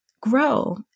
grow